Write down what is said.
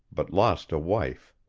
but lost a wife.